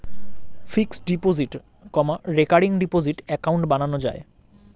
fixed deposit, recurring deposit account বানানো যায়